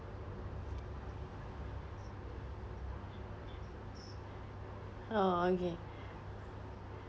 uh okay